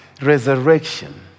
resurrection